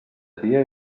dia